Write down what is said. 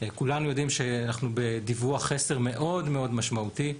כולנו יודעים שאנחנו בדיווח חסר מאוד מאוד משמעותי.